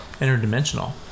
interdimensional